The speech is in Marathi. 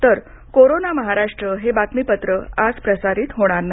तर कोरोना महाराष्ट्र हे बातमीपत्र आज प्रसारित होणार नाही